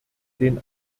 den